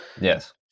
Yes